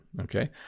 okay